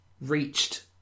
reached